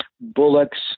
Bullocks